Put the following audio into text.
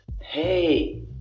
hey